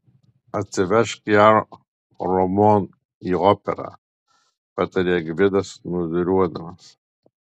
atsivežk ją romon į operą patarė gvidas snūduriuodamas